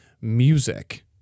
music